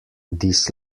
this